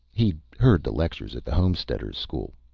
he'd heard the lectures at the homesteaders' school.